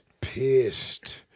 pissed